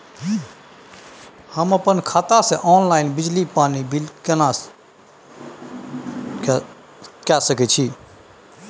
हम अपन खाता से ऑनलाइन बिजली पानी बिल केना के सकै छी?